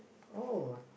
oh